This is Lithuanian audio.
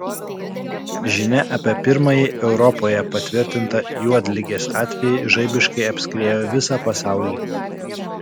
žinia apie pirmąjį europoje patvirtintą juodligės atvejį žaibiškai apskriejo visą pasaulį